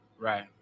Right